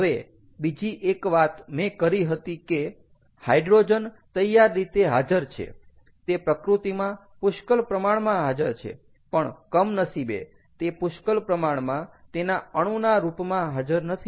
હવે બીજી એક વાત મેં કરી હતી કે હાઈડ્રોજન તૈયાર રીતે હાજર છે તે પ્રકૃતિમાં પુષ્કળ પ્રમાણમાં હાજર છે પણ કમનસીબે તે પુષ્કળ પ્રમાણમાં તેના અણુના રૂપમાં હાજર નથી